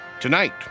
Tonight